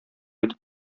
итеп